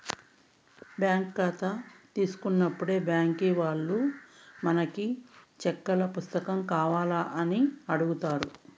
bank కాతా తీసుకున్నప్పుడే బ్యాంకీ వాల్లు మనకి సెక్కుల పుస్తకం కావాల్నా అని అడుగుతారు